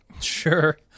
Sure